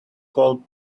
called